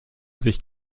sich